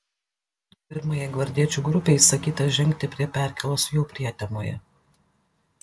pirmajai gvardiečių grupei įsakyta žengti prie perkėlos jau prietemoje